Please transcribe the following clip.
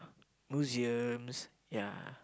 museums ya